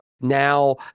Now